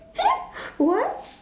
what